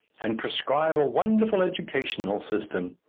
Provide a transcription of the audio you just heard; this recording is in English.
and prescribe a wonderful educational system.